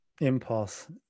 impulse